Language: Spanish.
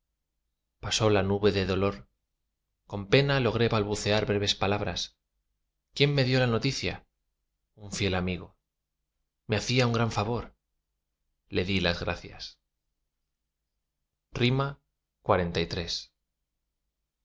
pasó la nube de dolor con pena logré balbucear breves palabras quién me dió la noticia un fiel amigo me hacía un gran favor le di las gracias xliii